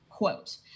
quote